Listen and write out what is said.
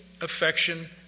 affection